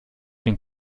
den